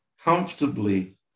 comfortably